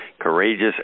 Courageous